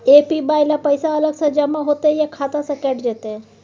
APY ल पैसा अलग स जमा होतै या खाता स कैट जेतै?